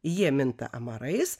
jie minta amarais